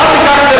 אז אל תיקח את זה